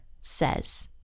says